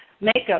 makeup